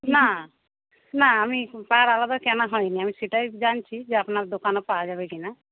না না আমি পাড় আলাদা কেনা হয়নি আমি সেটাই জানছি যে আপনার দোকানে পাওয়া যাবে কিনা